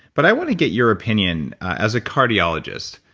but i wanna get your opinion as a cardiologist,